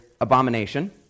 abomination